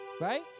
Right